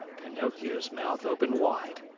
pinocchio's mouth opened wide.